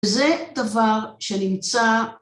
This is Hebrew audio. וזה דבר שנמצא